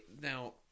now